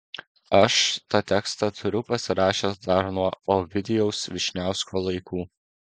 aš tą tekstą turiu pasirašęs dar nuo ovidijaus vyšniausko laikų